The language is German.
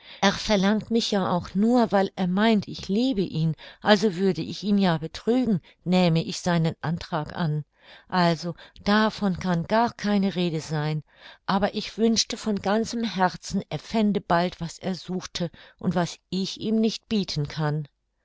er verlangt mich ja auch nur weil er meint ich liebe ihn also würde ich ihn ja betrügen nähme ich seinen antrag an also davon kann gar keine rede sein aber ich wünschte von ganzem herzen er fände bald was er suchte und was ich ihm nicht bieten kann